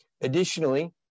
Additionally